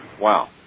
Wow